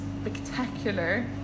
spectacular